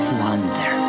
wonder